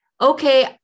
Okay